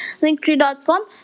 linktree.com